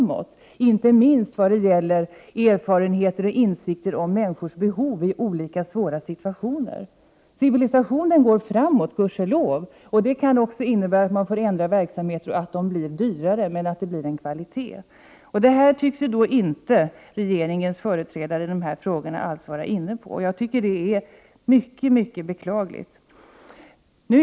Detta gäller inte minst med avseende på erfarenheter och insikter beträffande människors behov vid olika svåra situationer. Civilisationen går framåt, gudskelov, vilket också kan innebära att man måste ändra verksamheten, så att den blir dyrare. Men då kan det också bli bättre kvalitet. Den här linjen tycks regeringens företrädare inte alls vara inne på, och det tycker jag är mycket beklagligt.